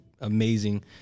amazing